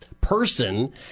person